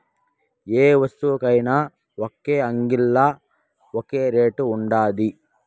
యే వస్తువుకైన ఒక్కో అంగిల్లా ఒక్కో రేటు ఉండాది